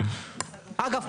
אגב,